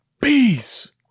bees